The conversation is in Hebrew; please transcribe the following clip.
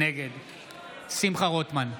נגד שמחה רוטמן,